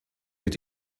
wird